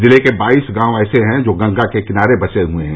जिले के बाइस गाँव ऐसे हैं जो गंगा के किनारे बसे हुए हैं